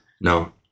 no